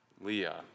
Leah